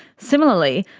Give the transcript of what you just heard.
similarly,